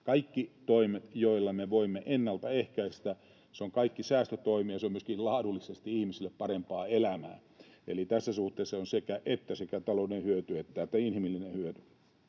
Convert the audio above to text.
Kaikki toimet, joilla me voimme ennalta ehkäistä, ovat säästötoimia. Se on myöskin laadullisesti ihmisille parempaa elämää. Eli tässä suhteessa on sekä—että: sekä taloudellinen hyöty että inhimillinen hyöty.